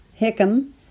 Hickam